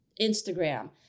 Instagram